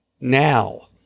now